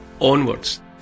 onwards